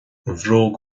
bhróg